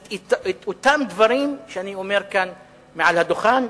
את אותם דברים שאני אומר כאן מעל הדוכן,